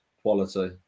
quality